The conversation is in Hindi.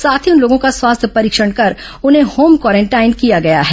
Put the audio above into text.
साथ ही उन लोगों का स्वास्थ्य परीक्षण कर उन्हें होम क्वारेंटाइन किया गया है